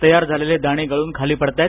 तयार झालेले दाणे गळून खाली पडत आहेत